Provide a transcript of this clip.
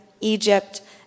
Egypt